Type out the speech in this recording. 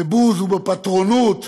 בבוז ובפטרונות,